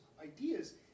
ideas